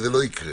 זה לא יקרה